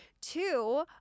two